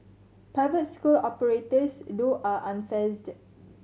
private school operators though are unfazed